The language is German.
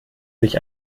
sich